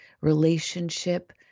relationship